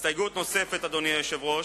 אדוני היושב-ראש,